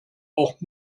auch